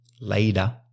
Later